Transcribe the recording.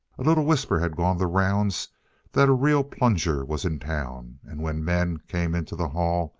a little whisper had gone the rounds that a real plunger was in town. and when men came into the hall,